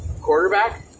quarterback